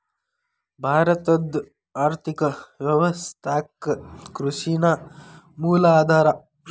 ಭಾರತದ್ ಆರ್ಥಿಕ ವ್ಯವಸ್ಥಾಕ್ಕ ಕೃಷಿ ನ ಮೂಲ ಆಧಾರಾ